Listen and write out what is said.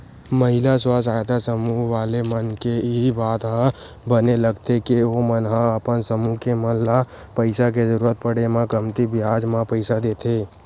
महिला स्व सहायता समूह वाले मन के इही बात ह बने लगथे के ओमन ह अपन समूह के मन ल पइसा के जरुरत पड़े म कमती बियाज म पइसा देथे